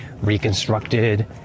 reconstructed